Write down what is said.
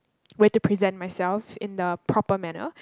way to present myself in a proper manner